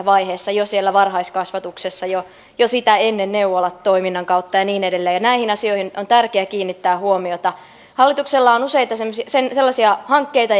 vaiheessa jo siellä varhaiskasvatuksessa jo jo sitä ennen neuvolatoiminnan kautta ja niin edelleen näihin asioihin on tärkeä kiinnittää huomiota hallituksella on useita sellaisia hankkeita